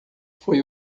foi